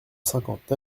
cinquante